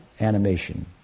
animation